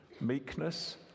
meekness